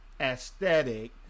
aesthetic